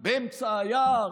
באמצע היער?